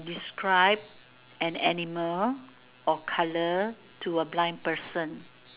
describe an animal or color to a blind person